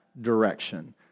direction